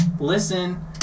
listen